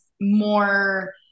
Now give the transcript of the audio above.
more